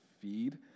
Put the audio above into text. feed